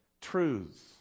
truths